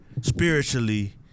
spiritually